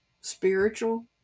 spiritual